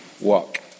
walk